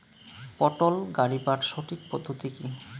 পটল গারিবার সঠিক পদ্ধতি কি?